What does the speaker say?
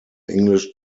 english